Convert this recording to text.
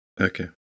Okay